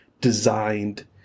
designed